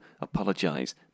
apologise